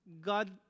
god